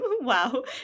Wow